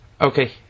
Okay